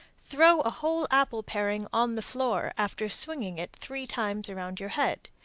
throw a whole apple-paring on the floor, after swinging it three times around your head.